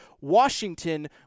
Washington